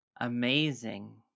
Amazing